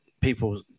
people